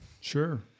Sure